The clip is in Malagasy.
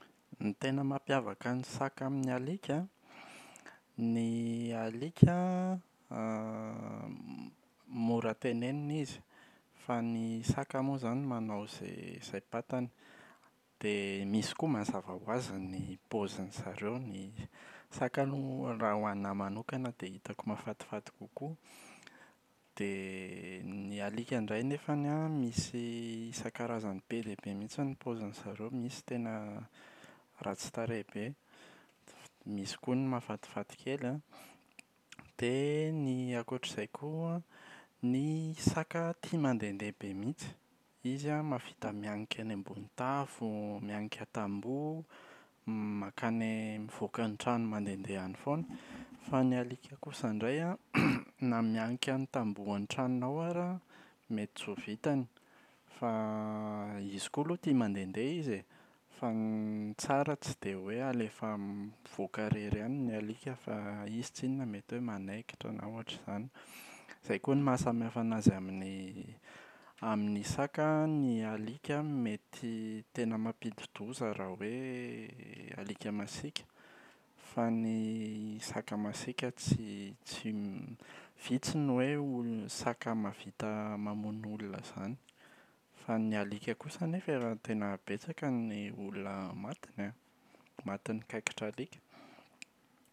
Ny tena mampiavaka ny saka amin’ny alika an. Ny alika an m- mora tenenina izy fa ny saka moa izany manao izay saim-patany dia misy koa mazava ho azy ny paozin’izareo. Ny saka aloha ho ana manokana dia hitako mahafatifaty kokoa, dia ny alika indray nefany an misy isan-karazany be dia be mihitsy ny paozin’izareo, misy tena ratsy tarehy be, misy koa ny mahafatifaty kely an. Dia ny ankoatra izay koa an, ny saka tia mandehandeha be mihitsy, izy an mahavita mianika eny ambony tafo, mianika tamboho m-mankany an- mivoaka ny trano mandehandeha any foana, fa ny alika kosa indray an na mianika ny tambohon’ny tranonao ary an, mety tsy ho vitany fa izy koa aloha tia mandehandeha izy e. Fa n- ny tsara tsy dia hoe alefa m-mivoaka irery any ny alika fa izy tsinona mety hoe manaikitra na ohatra izany. Izay koa no mahasamy hafa an’azy amin’ny amin’ny saka, ny alika mety tena mampidi-doza raha hoe alika masiaka fa ny saka masiaka tsy tsy vitsy ny hoe olo- saka mahavita mamono olona izany. Fa ny alika kosa anefa efa tena betsaka ny olona matiny an. Matin’ny kaikitra alika.